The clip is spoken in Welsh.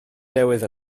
newydd